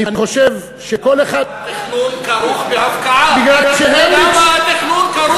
אני חושב שכל אחד, למה התכנון כרוך בהפקעה?